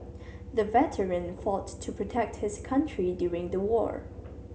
the veteran fought to protect his country during the war